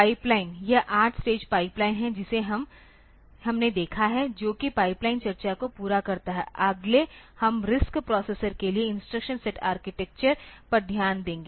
pipeline यह 8 stage pipeline है जिसे हमने देखा है जो कि पाइपलाइन चर्चा को पूरा करता है अगले हम RISC प्रोसेसर के लिए इंस्ट्रक्शन सेट आर्किटेक्चर पर ध्यान देंगे